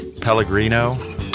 Pellegrino